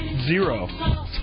Zero